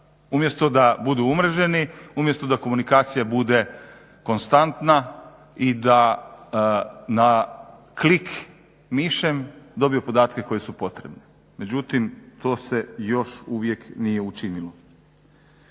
umjesto da budu umreženi, umjesto da komunikacija bude konstantna i da na klik mišem dobiju podatke koji su potrebni, međutim to se još uvijek nije učinilo.